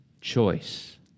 choice